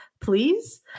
please